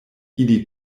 ili